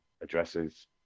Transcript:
addresses